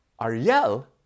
Ariel